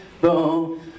boom